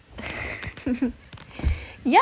yeah